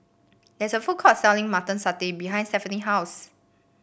there is a food court selling Mutton Satay behind Stephani house